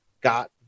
got